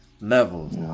levels